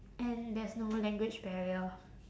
and there's no language barrier